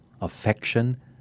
affection